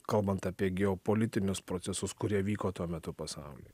kalbant apie geopolitinius procesus kurie vyko tuo metu pasaulyje